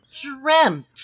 dreamt